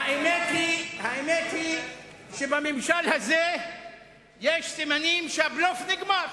האמת היא שבממשל הזה יש סימנים שהבלוף נגמר.